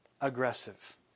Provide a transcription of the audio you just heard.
aggressive